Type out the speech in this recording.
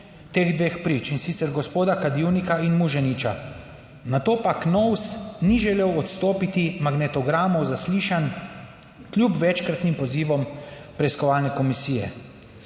teh dveh prič in sicer gospoda Kadivnika in Muženiča, nato pa KNOVS ni želel odstopiti magnetogramov zaslišanj, kljub večkratnim pozivom preiskovalne komisije.